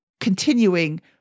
continuing